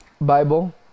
bible